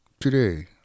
Today